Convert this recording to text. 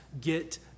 get